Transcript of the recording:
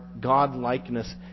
God-likeness